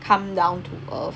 come down to earth